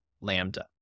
Lambda